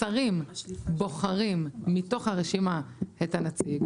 השרים בוחרים מתוך הרשימה את הנציג.